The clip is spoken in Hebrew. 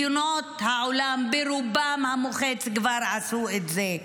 מדינות העולם ברובן המוחץ כבר עשו את זה.